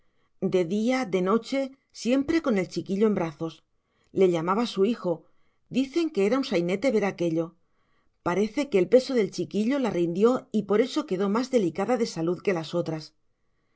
de día de noche siempre con el chiquillo en brazos le llamaba su hijo dicen que era un sainete ver aquello parece que el peso del chiquillo la rindió y por eso quedó más delicada de salud que las otras